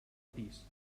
pis